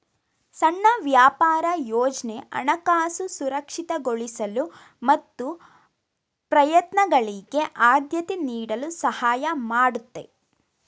ಸಣ್ಣ ವ್ಯಾಪಾರ ಯೋಜ್ನ ಹಣಕಾಸು ಸುರಕ್ಷಿತಗೊಳಿಸಲು ಮತ್ತು ಪ್ರಯತ್ನಗಳಿಗೆ ಆದ್ಯತೆ ನೀಡಲು ಸಹಾಯ ಮಾಡುತ್ತೆ